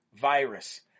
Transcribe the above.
virus